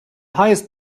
highest